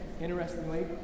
Interestingly